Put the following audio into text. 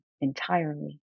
entirely